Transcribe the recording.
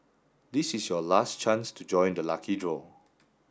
this is your last chance to join the lucky draw